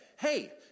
hey